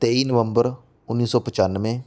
ਤੇਈ ਨਵੰਬਰ ਉੱਨੀ ਸੌ ਪਚਾਨਵੇਂ